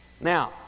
Now